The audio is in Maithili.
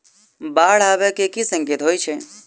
बाढ़ आबै केँ की संकेत होइ छै?